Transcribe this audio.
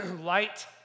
Light